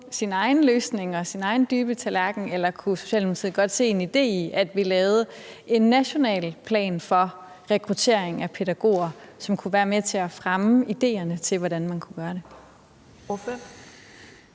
sin egen løsning og sin egen dybe tallerken, eller kunne Socialdemokratiet godt se en idé i, at vi lavede en national plan for rekruttering af pædagoger, som kunne være med til at fremme idéerne til, hvordan man kunne gøre det?